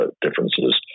differences